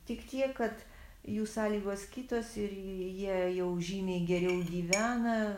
tik tiek kad jų sąlygos kitos ir jie jau žymiai geriau gyvena